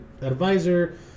advisor